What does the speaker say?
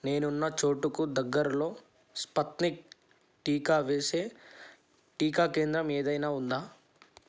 నేనున్న చోటుకు దగ్గరలో స్పుత్నిక్ టీకా వేసే టీకా కేంద్రం ఏదైనా ఉందా